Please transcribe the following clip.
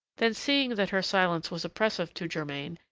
then, seeing that her silence was oppressive to germain,